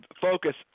focus